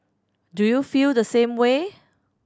do you feel the same way